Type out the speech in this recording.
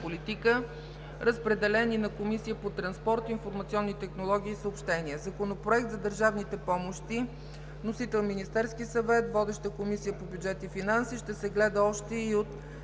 политика. Разпределен е и на Комисията по транспорт, информационни технологии и съобщения. Законопроект за държавните помощи. Вносител – Министерският съвет. Водеща е Комисията по бюджет и финанси. Разпределен е и на